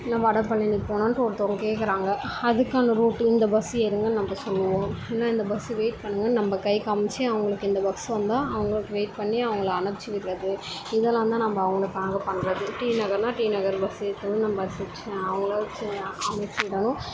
இல்லை வடபழனி போகணுன்ட்டு ஒருத்தவங்கள் கேட்கறாங்க அதுக்கான ரூட்டு இந்த பஸ் ஏறுங்கள் நம்ம சொல்லுவோம் இல்லை இந்த பஸ்ஸுக்கு வெயிட் பண்ணுங்கன்னு நம்ம கை காமித்து அவங்களுக்கு இந்த பஸ் வந்தால் அவங்களுக்கு வெயிட் பண்ணி அவங்கள அனுப்பிச்சிவிட்றது இதெல்லாம் தான் நம்ம அவங்களுக்காக பண்ணுறது டி நகர்னால் டி நகர் பஸ்ஸு ஏற்றணும் நம்ம அசைச்சி அவங்கள அனுப்பிச்சி அனுப்பிச்சிவிடணும்